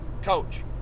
Coach